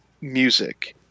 music